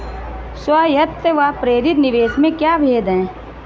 स्वायत्त व प्रेरित निवेश में क्या भेद है?